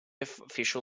official